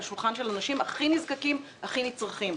שולחנם של האנשים הכי נזקקים והכי נצרכים.